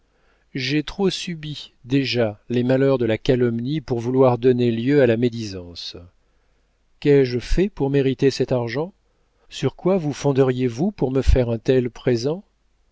j'ai trop subi déjà les malheurs de la calomnie pour vouloir donner lieu à la médisance qu'ai-je fait pour mériter cet argent sur quoi vous fonderiez vous pour me faire un tel présent